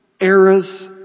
eras